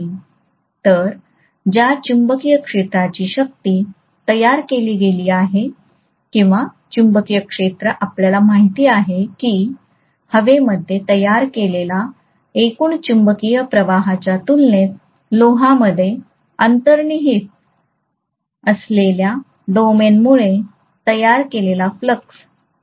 तर ज्या चुंबकीय क्षेत्राची शक्ती तयार केली गेली आहे किंवा चुंबकीय क्षेत्र आपल्याला माहित आहे की हवेमध्ये तयार केलेला एकूण चुंबकीय प्रवाहाच्या तुलनेत लोहामध्ये अंतर्निहित असलेल्या डोमेनमुळे तयार केलेला फ्लक्स खूप कमी आहे